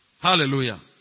Hallelujah